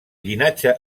llinatge